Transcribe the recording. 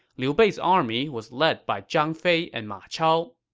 liu bei's army was led by zhang fei and ma chao.